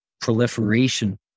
proliferation